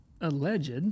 alleged